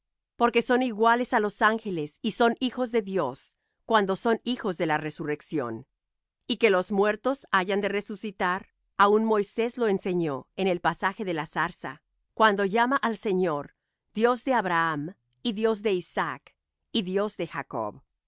porque son iguales á los ángeles y son hijos de dios cuando son hijos de la resurrección y que los muertos hayan de resucitar aun moisés lo enseñó en el pasaje de la zarza cuando llama al señor dios de abraham y dios de isaac y dios de jacob